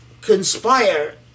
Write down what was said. conspire